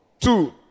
Two